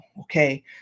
okay